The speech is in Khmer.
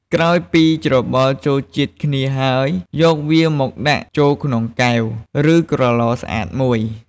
ក្រោយពីច្របល់ចូលជាតិគ្នាហើយ យកវាមកដាក់ចូលក្នុងកែវ ឬក្រទ្បស្អាតមួយ។